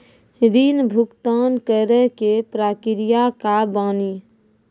ऋण भुगतान करे के प्रक्रिया का बानी?